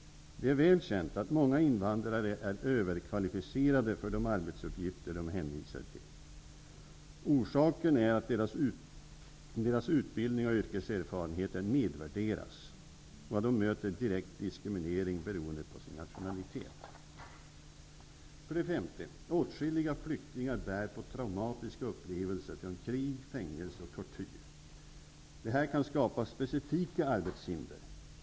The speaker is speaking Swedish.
Det är väl känt att många invandrare är överkvalificerade för de arbetsuppgifter de är hänvisade till. Orsaken är att deras utbildning och yrkeserfarenheter nedvärderas. Det de möter är direkt diskriminering på grund av sin nationalitet. 5. Åtskilliga flyktingar bär på traumatiska upplevelser från krig, fängelse och av tortyr. Detta kan skapa specifika arbetshinder.